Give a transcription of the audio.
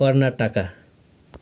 Karnataka